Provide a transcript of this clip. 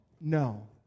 No